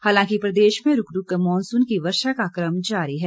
हालांकि प्रदेश में रूक रूककर मानसून की वर्षा का कम जारी है